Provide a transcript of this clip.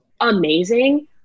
amazing